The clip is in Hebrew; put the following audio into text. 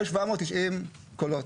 יש 790 קולות.